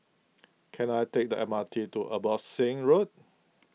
can I take the M R T to Abbotsingh Road